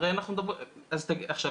עכשיו,